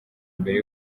imbere